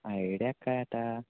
idea काय आता